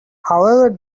however